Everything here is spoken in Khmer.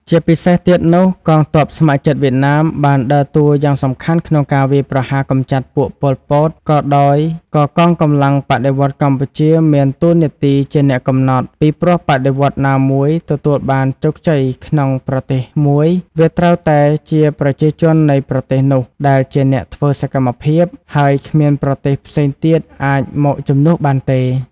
ជាពិសេសទៀតនោះកងទ័ពស្ម័គ្រចិត្តវៀតណាមបានដើរតួរយ៉ាងសំខាន់ក្នុងការវាយប្រហារកំចាត់ពួក ប៉ុល ពត ក៏ដោយ ក៏កងកម្លាំងបដិវត្តន៍កម្ពុជា មានតួរនាទីជាអ្នកកំណត់ ពីព្រោះបដិវត្តន៍ណាមួយទទួលបានជោគជ័យក្នុងប្រទេសមួយ វាត្រូវតែជាប្រជាជននៃប្រទេសនោះ ដែលជាអ្នកធ្វើសកម្មភាព ហើយគ្មានប្រទេសផ្សេងទៀតអាចមក ជំនួសបានទេ។